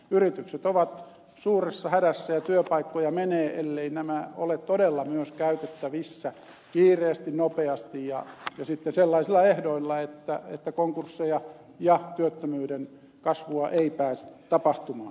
yritykset ovat suuressa hädässä ja työpaikkoja menee elleivät nämä ole todella myös käytettävissä kiireesti nopeasti ja sitten sellaisilla ehdoilla että konkursseja ja työttömyyden kasvua ei pääse tapahtumaan